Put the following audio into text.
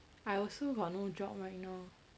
I also got no job right now